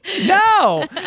no